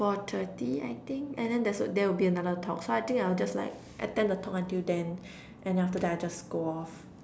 four thirty I think and then there's a there'll be another talk so I think I'll just like attend the talk until then and then after that I just go off